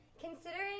Considering